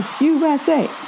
USA